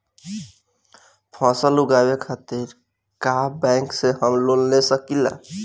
फसल उगावे खतिर का बैंक से हम लोन ले सकीला?